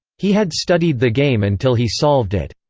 he had studied the game until he solved it.